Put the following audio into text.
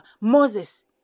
Moses